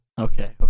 Okay